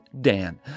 dan